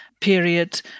Period